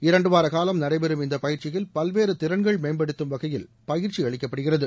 இரண்டுவார காலம் நடைபெறும் இந்த பயிற்சியில் பல்வேறு திறன்கள் மேம்படுத்தம் வகையில் பயிற்சி அளிக்கப்படுகிறது